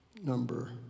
number